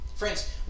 Friends